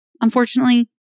Unfortunately